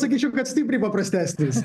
sakyčiau kad stipriai paprastesnis